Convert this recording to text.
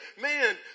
man